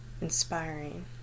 inspiring